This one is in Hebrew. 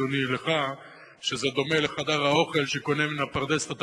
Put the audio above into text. אדוני: זה דומה לחדר האוכל שקונה מן הפרדס את התפוזים,